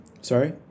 Sorry